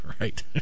Right